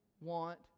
want